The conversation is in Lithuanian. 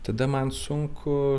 tada man sunku